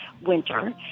winter